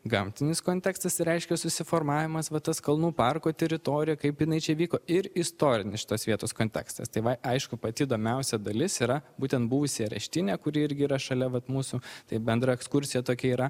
gamtinis kontekstas reiškia susiformavimas va tas kalnų parko teritorija kaip jinai čia vyko ir istorinis šitos vietos kontekstas tai va aišku pati įdomiausia dalis yra būtent buvusi areštinė kuri irgi yra šalia vat mūsų tai bendra ekskursija tokia yra